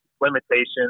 limitations